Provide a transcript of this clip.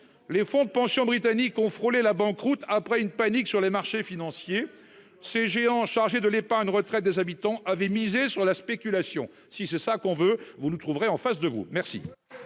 Les fonds de pension britanniques ont frôlé la banqueroute après une panique sur les marchés financiers ces géants, chargé de l'épargne retraite des habitants avaient misé sur la spéculation. Si c'est ça qu'on veut. Vous ne trouverez en face de vous, merci.